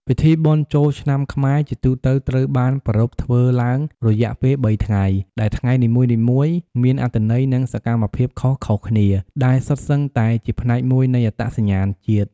ពិធីបុណ្យចូលឆ្នាំខ្មែរ ជាទូទៅត្រូវបានប្រារព្ធធ្វើឡើង រយៈពេល ៣ ថ្ងៃ ដែលថ្ងៃនីមួយៗមានអត្ថន័យ និងសកម្មភាពខុសៗគ្នា ដែលសុទ្ធសឹងតែជាផ្នែកមួយនៃអត្តសញ្ញាណជាតិ។